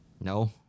No